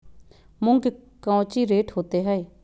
मूंग के कौची रेट होते हई?